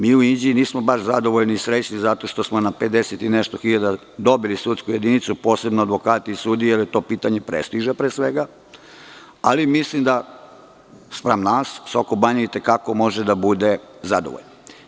Mi u Inđiji nismo baš zadovoljni i srećni zato što smo na 50 i nešto hiljada dobili sudsku jedinicu, posebno advokati i sudije, jer je to pitanje prestiža, pre svega, ali mislim da spram nas Sokobanja i te kako može da bude zadovoljna.